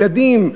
ילדים,